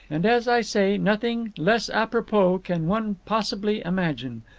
and, as i say, nothing less apropos can one possibly imagine.